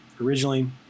originally